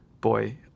boy